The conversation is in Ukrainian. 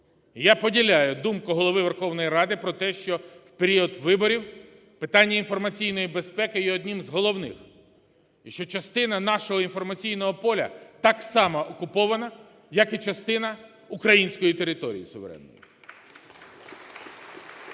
Я поділяю думку Голови Верховної Ради про те, що в період виборів питання інформаційної безпеки є одним з головних, і що частина нашого інформаційного поля так само окупована, як і частина української території суверенної.